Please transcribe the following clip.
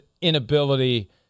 inability